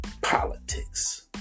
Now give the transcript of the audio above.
Politics